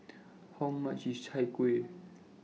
How much IS Chai Kueh